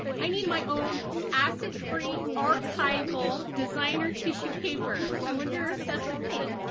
i need my own acid free archival designer tissue paper. i wonder if that's a thing.